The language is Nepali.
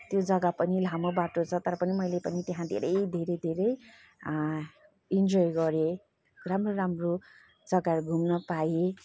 त्यो जग्गा पनि लामो बाटो छ तर पनि मैले पनि त्यहाँ धेरै धेरै धेरै इन्जोय गरेँ राम्रो राम्रो जग्गाहरू घुम्न पाएँ